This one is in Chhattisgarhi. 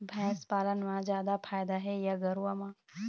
भैंस पालन म जादा फायदा हे या गरवा म?